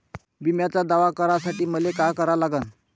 बिम्याचा दावा करा साठी मले का करा लागन?